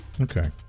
Okay